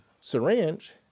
syringe